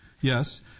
Yes